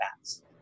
Bats